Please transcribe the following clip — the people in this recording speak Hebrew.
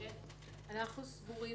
אנחנו סבורים